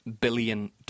billion